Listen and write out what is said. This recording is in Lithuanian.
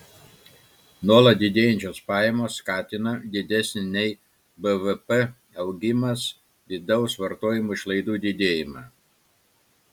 nuolat didėjančios pajamos skatino didesnį nei bvp augimas vidaus vartojimo išlaidų didėjimą